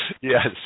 Yes